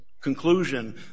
conclusion